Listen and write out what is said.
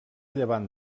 llevant